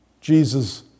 Jesus